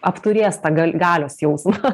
apturės tą gal galios jausmą